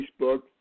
Facebook